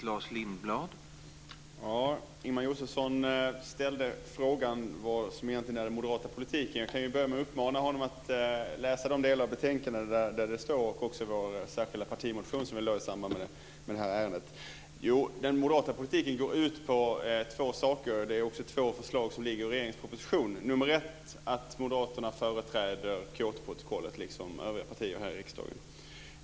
Herr talman! Ingemar Josefsson ställde frågan vad som egentligen är den moderata politiken. Jag kan börja med att uppmana honom att läsa de delar av betänkandet där det står om vår särskilda partimotion som vi väckte i samband med detta ärende. Den moderata politiken går ut på två saker, och det är också två förslag som ligger i regeringens proposition. Nr 1 är att Moderaterna företräder Kyotoprotokollet, liksom övriga partier här i riksdagen.